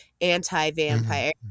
anti-vampire